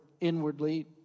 inwardly